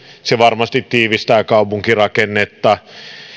se varmasti tiivistää kaupunkirakennetta